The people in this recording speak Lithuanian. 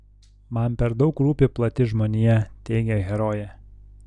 man per daug rūpi plati žmonija teigia herojė